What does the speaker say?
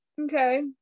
okay